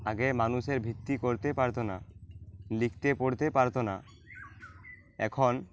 আগে মানুষের ভিত্তি করতে পারতো না লিখতে পড়তে পারতো না এখন